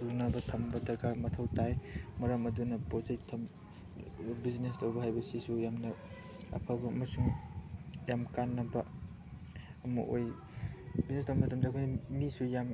ꯁꯨꯅꯕ ꯊꯝꯕ ꯗꯔꯀꯥꯔ ꯃꯊꯧ ꯇꯥꯏ ꯃꯔꯝ ꯑꯗꯨꯅ ꯄꯣꯠ ꯆꯩ ꯕꯤꯖꯤꯅꯦꯁ ꯇꯧꯕ ꯍꯥꯏꯕꯁꯤꯁꯨ ꯌꯥꯝꯅ ꯑꯐꯕ ꯑꯃꯁꯨꯡ ꯌꯥꯝ ꯀꯥꯟꯅꯕ ꯑꯃ ꯑꯣꯏ ꯕꯤꯖꯤꯅꯦꯁ ꯇꯧꯕ ꯃꯇꯝꯗ ꯑꯩꯈꯣꯏ ꯃꯤꯁꯨ ꯌꯥꯝ